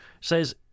says